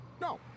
no